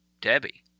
Debbie